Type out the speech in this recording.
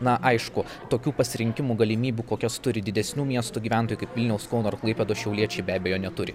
na aišku tokių pasirinkimų galimybių kokias turi didesnių miestų gyventojai kaip vilniaus kauno ar klaipėdos šiauliečiai be abejo neturi